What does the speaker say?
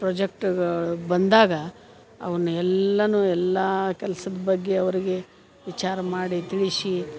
ಪ್ರೊಜೆಕ್ಟ್ಗಳು ಬಂದಾಗ ಅವ್ನ ಎಲ್ಲನೂ ಎಲ್ಲ ಕೆಲ್ಸದ ಬಗ್ಗೆ ಅವರಿಗೆ ವಿಚಾರ ಮಾಡಿ ತಿಳಿಸಿ